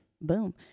boom